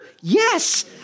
Yes